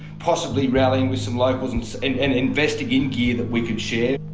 possibly rallying with some locals and so and and investing in gear we could share.